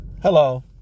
Hello